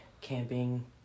camping